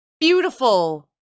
beautiful